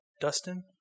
Dustin